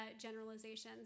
generalizations